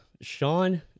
Sean